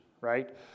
right